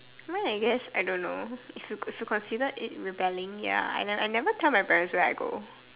mine I guess I don't know it should it consider it rebelling ya I nev I never tell my parents where I go